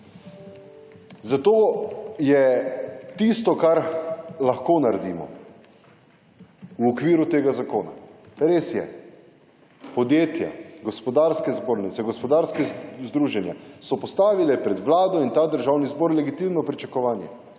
Zato je tisto kar lahko naredimo v okviru tega zakona, res je, podjetja, gospodarske zbornice, gospodarska združenja so postavile pred vlado in ta Državni zbor legitimno pričakovanje.